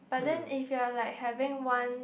but then if you're like having one